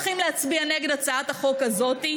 כשאתם הולכים להצביע נגד הצעת החוק הזאת,